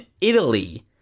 Italy